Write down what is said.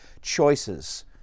choices